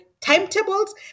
timetables